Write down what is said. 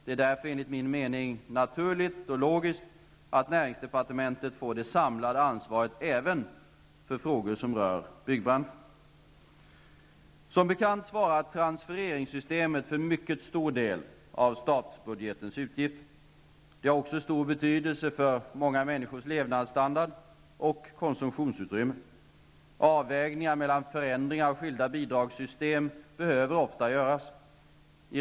Det är därför, enligt min mening, naturligt och logiskt att näringsdepartementet får det samlade ansvaret även för frågor som rör byggbranschen. Som bekant svarar transfereringssystemet för en mycket stor del av statsbudgetens utgifter. Det har också stor betydelse för många människors levnadsstandard och konsumtionsutrymme. Avvägningar mellan förändringar av skilda bidragssystem behöver ofta göras.